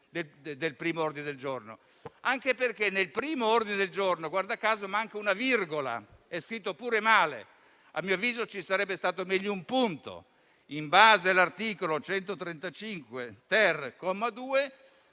del primo ordine del giorno. Nel primo ordine del giorno, guarda caso, manca una virgola; è scritto pure male. A mio avviso ci sarebbe stato meglio un punto: In base all'articolo 135-*ter*, comma 2,